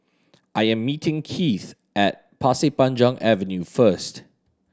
I am meeting Kieth at Pasir Panjang Avenue first